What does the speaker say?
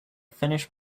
finished